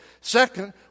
Second